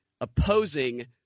opposing